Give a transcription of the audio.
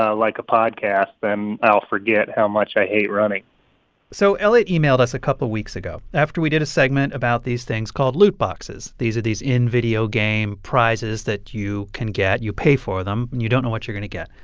like a podcast, then i'll forget how much i hate running so elliot emailed us a couple weeks ago after we did a segment about these things called loot boxes. these are these in-video-game prizes that you can get. you pay for them, and you don't know what you're going to get.